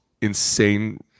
insane